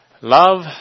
Love